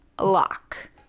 lock